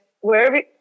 wherever